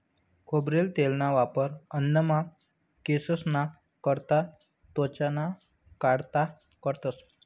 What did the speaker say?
खोबरेल तेलना वापर अन्नमा, केंससना करता, त्वचाना कारता करतंस